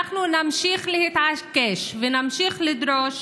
אנחנו נמשיך להתעקש ונמשיך לדרוש